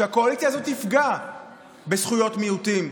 שהקואליציה הזאת תפגע בזכויות מיעוטים,